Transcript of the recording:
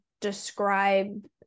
describe